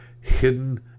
hidden